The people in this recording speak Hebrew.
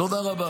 תודה רבה.